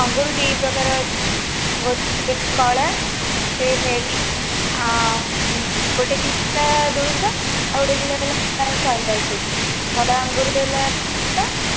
ଅଙ୍ଗୁର ଦୁଇ ପ୍ରକାର ଅଛି ଗୋଟେ କଳା ଗୋଟେ ନେଳୀ ଆ ଆ ଗୋଟେ କିଲୋ ଦୁଇ ଶହ ଆଉ ଗୋଟେ କିଲୋ ହେଲା ଶହେ ଅଶୀ କଳା ଅଙ୍ଗୁର ଦୁଇ ଶହ